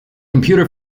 computer